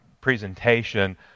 presentation